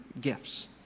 gifts